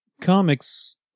comics